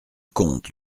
comte